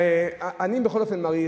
אני בכל אופן מעריך,